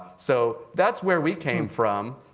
so that's where we came from.